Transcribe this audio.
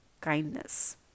kindness